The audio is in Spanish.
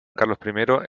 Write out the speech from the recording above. carlos